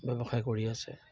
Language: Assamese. ব্যৱসায় কৰি আছে